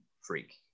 freak